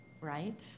right